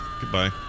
Goodbye